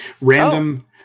random